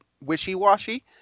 wishy-washy